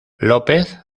lópez